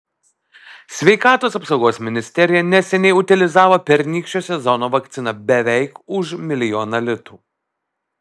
sveikatos apsaugos ministerija neseniai utilizavo pernykščio sezono vakciną beveik už milijoną litų